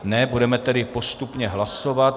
Ne, budeme tedy postupně hlasovat.